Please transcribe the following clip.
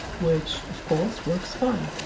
which of course works fine.